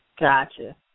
Gotcha